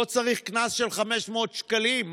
לא צריך קנס של 500 שקלים,